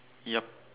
yup